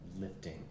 lifting